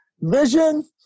Vision